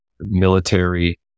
military